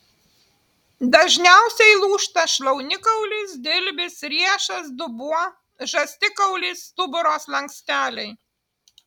dažniausiai lūžta šlaunikaulis dilbis riešas dubuo žastikaulis stuburo slanksteliai